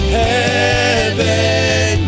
heaven